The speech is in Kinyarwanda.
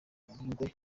b’ingwe